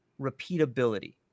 repeatability